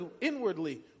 inwardly